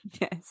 Yes